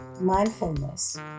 mindfulness